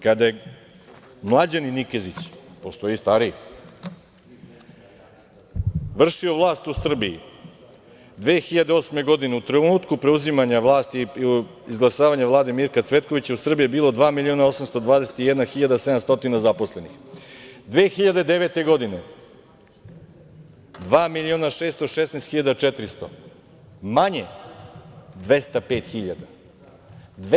Kada je mlađani Nikezić, postoji i stariji, vršio vlast u Srbiji 2008. godine, u trenutku preuzimanja vlasti i izglasavanja Vlade Mirka Cvetkovića u Srbiji je bilo 2.821.700 zaposlenih, 2009. godine 2.616.400, manje 205.000.